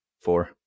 four